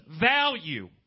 value